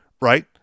right